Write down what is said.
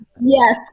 Yes